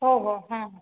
ಹೊ ಹೊ ಹ್ಞೂ